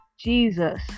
Jesus